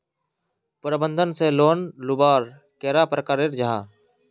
प्रबंधन से लोन लुबार कैडा प्रकारेर जाहा?